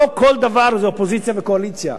לא כל דבר זה אופוזיציה וקואליציה,